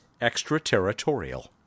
extraterritorial